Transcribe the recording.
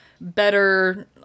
better